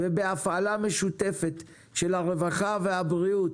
ובהפעלה משותפת של הרווחה והבריאות,